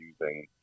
using